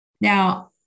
Now